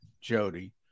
Jody